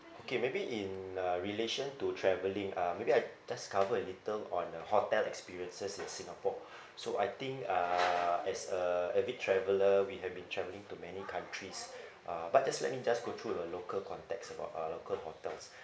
okay maybe in uh relation to travelling uh maybe I just cover a little on a hotel experiences in singapore so I think uh as a avid traveller we have been travelling to many countries uh but just let me just go through the local context about our local hotels